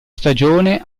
stagione